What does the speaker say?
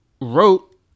wrote